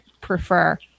prefer